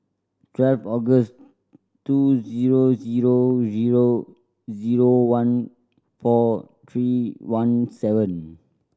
twelve August two zero zero zero zero one four three one seven